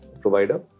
provider